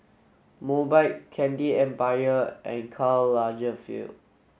Mobike Candy Empire and Karl Lagerfeld